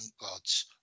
gods